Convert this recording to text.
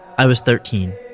i was thirteen.